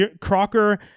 Crocker